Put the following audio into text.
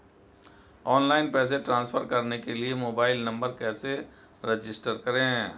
Online पैसे transfer करने के लिए मोबाइल नंबर कैसे रजिस्टर करें?